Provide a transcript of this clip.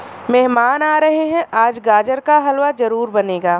मेहमान आ रहे है, आज गाजर का हलवा जरूर बनेगा